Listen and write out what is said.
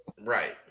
Right